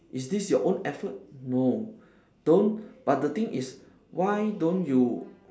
is this your own effort no don't but the thing is why don't you